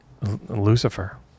Lucifer